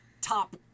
top